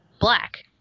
black